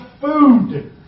food